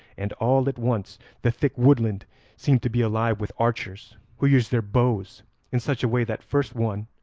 and all at once the thick woodland seemed to be alive with archers, who used their bows in such a way that first one,